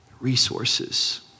resources